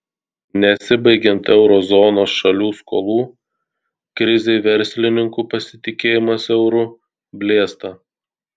nesibaigiant euro zonos šalių skolų krizei verslininkų pasitikėjimas euru blėsta